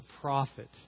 prophet